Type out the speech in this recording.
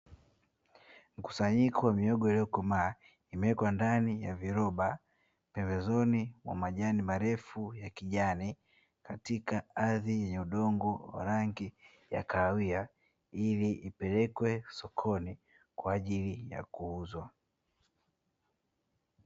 Mkusanyiko wa mihogo imewekwa ndani ya kiroba chini kwenye udongo wa kahawia imewekwa vizuri kwaajili ya kupelekwa sokonikwenda kuuzwa